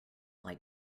like